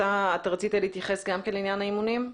אתה רצית להתייחס גם לעניין האימונים?